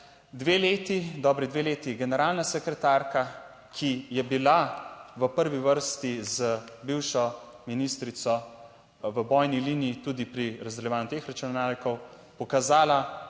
dve leti, dobri dve leti generalna sekretarka, ki je bila v prvi vrsti z bivšo ministrico v bojni liniji tudi pri razdeljevanju teh računalnikov, pokazala